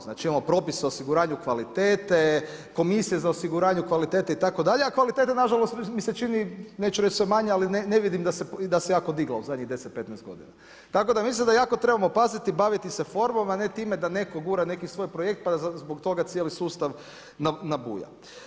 Znači imamo propis o osiguranju kvalitete, komisije za osiguranju kvalitete itd. a kvaliteta nažalost mi se čini neću reći sve manja, ali ne vidim i da se jako digla u zadnjih 10, 15 g. Tako da mislim da jako trebamo paziti i baviti se formom, a ne time, da netko gura neki svoj projekt, pa da zbog toga nam cijeli sustav nabuja.